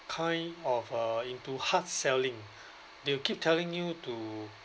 kind of uh into hard selling they will keep telling you to